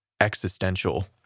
existential